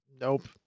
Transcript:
Nope